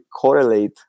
correlate